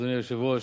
אדוני היושב-ראש,